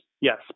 Yes